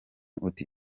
uti